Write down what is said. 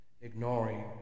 ignoring